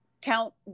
count